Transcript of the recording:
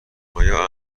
آیا